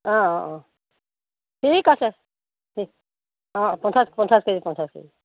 অঁ অঁ ঠিক আছে ঠিক অঁ পঞ্চাছ পঞ্চাছ কেজি পঞ্চাছ কেজি